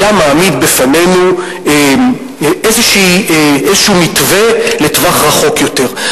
היה מעמיד בפנינו איזה מתווה לטווח ארוך יותר,